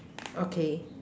okay